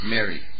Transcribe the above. Mary